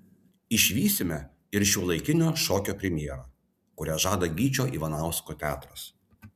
išvysime ir šiuolaikinio šokio premjerą kurią žada gyčio ivanausko teatras